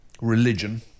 religion